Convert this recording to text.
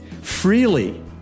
Freely